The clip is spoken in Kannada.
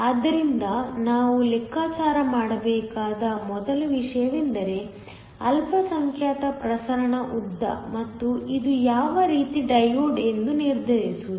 ಆದ್ದರಿಂದ ನಾವು ಲೆಕ್ಕಾಚಾರ ಮಾಡಬೇಕಾದ ಮೊದಲ ವಿಷಯವೆಂದರೆ ಅಲ್ಪಸಂಖ್ಯಾತ ಪ್ರಸರಣ ಉದ್ದ ಮತ್ತು ಇದು ಯಾವ ರೀತಿಯ ಡಯೋಡ್ಎಂದು ನಿರ್ಧರಿಸುವುದು